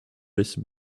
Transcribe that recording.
jessie